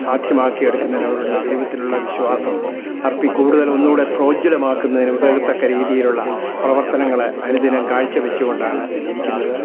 സാധ്യമാക്കിയെടുക്കുന്നതിന് അവരോടുള്ള ദൈവത്തിലുള്ള വിശ്വാസം അർപ്പിച്ച് കൂടുതൽ ഒന്നുകൂടെ പ്രോജുലമാക്കുന്നതിന് ഉതകത്തക്ക രീതിയിലുള്ള പ്രവർത്തനങ്ങൾ അനുദിനം കാഴ്ച്ചവച്ച് കൊണ്ടാണ് ഇരിക്കുന്നത്